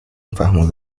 فهم